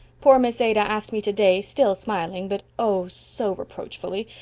poor miss ada asked me today, still smiling, but oh, so reproachfully,